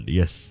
yes